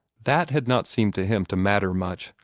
that had not seemed to him to matter much,